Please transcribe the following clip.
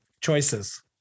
choices